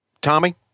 Tommy